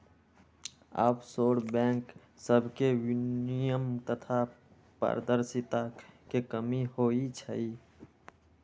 offshore bank सभमें विनियमन तथा पारदर्शिता के कमी होइ छइ